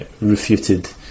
refuted